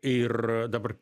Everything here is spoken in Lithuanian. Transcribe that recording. ir dabar